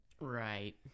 Right